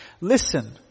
listen